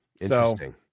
Interesting